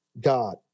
God